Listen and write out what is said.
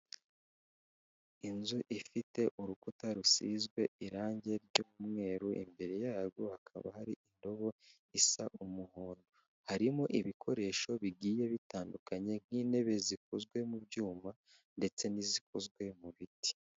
Inzu ifite urukuta rusizwe irangi ry'umweru, imbere yarwo hakaba hari indobo isa umuhondo, harimo ibikoresho bigiye bitandukanye nk'intebe zikozwe mu byuma, ndetse n'izikozwe mu biti.